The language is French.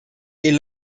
est